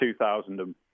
2000